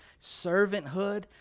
Servanthood